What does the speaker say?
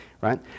right